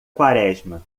quaresma